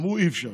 אמרו: אי-אפשר.